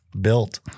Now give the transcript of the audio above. built